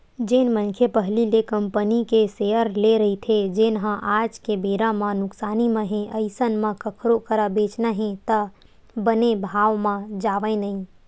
जेन मनखे पहिली ले कंपनी के सेयर लेए रहिथे जेनहा आज के बेरा म नुकसानी म हे अइसन म कखरो करा बेंचना हे त बने भाव म जावय नइ